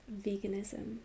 veganism